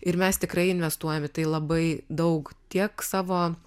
ir mes tikrai investuojam į tai labai daug tiek savo